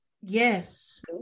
Yes